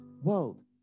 world